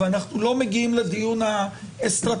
ואנחנו לא מגיעים לדיון האסטרטגי,